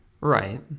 right